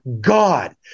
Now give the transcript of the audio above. God